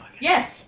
Yes